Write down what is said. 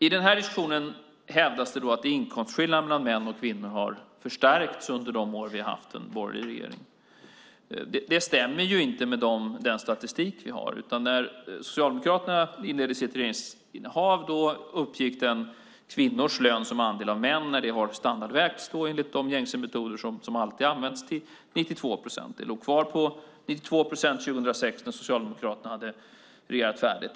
I den här diskussionen hävdas att inkomstskillnaden mellan män och kvinnor har förstärkts under de år vi har haft en borgerlig regering. Det stämmer inte med den statistik vi har. När Socialdemokraterna inledde sitt regeringsinnehav uppgick kvinnors lön som andel av mäns lön, när vi har standardvägt enligt gängse metoder som alltid används, till 92 procent. Den låg kvar på 92 procent 2006 när Socialdemokraterna hade regerat färdigt.